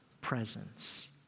presence